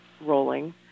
rolling